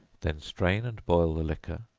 then strain and boil the liquor,